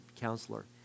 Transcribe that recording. Counselor